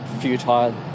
futile